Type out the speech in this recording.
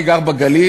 אני גר בגליל,